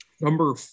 Number